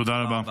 תודה רבה.